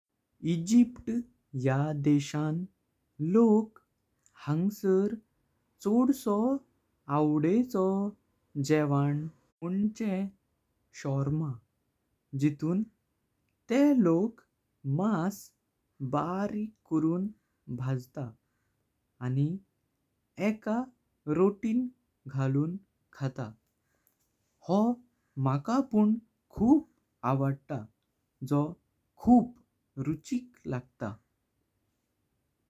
इजिप्त या देशां लोक हंगसर सव्व्ल विस्वाचा जेवण। मँजे शावरमा जितुन ते लोक मास बारीक करून भजता। आणि एका रोटींत घालून खातात, हो मका पण खूप आवडत जो खूप रुचिक लागता।